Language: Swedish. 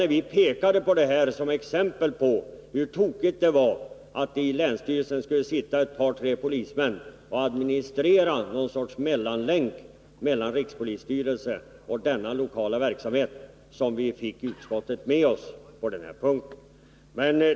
När vi pekade på det här som ett exempel på hur tokigt det var, dvs. att det i länsstyrelsen skulle sitta ett par tre polismän som fungerade som något slag av mellanlänk mellan rikspolisstyrelsen och den lokala verksamheten, så fick vi utskottet med oss.